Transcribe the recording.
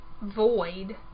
void